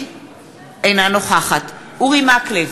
אינה נוכחת אורי מקלב,